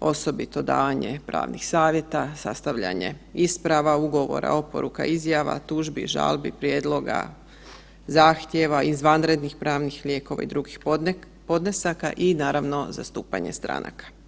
osobito davanje pravnih savjeta, sastavljanje isprava ugovora, oporuka, izjava, tužbi, žalbi, prijedloga, zahtjeva, izvanrednih pravnih lijekova i drugih podnesaka, i naravno, zastupanje stranaka.